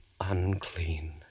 Unclean